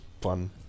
fun